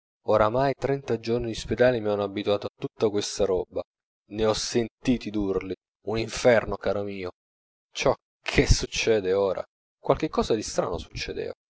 oramai trenta giorni di spedale mi hanno abituato a tutta questa roba ne ho sentiti d'urli un inferno caro mio ciò che succede ora qualche cosa di strano succedeva